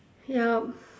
ya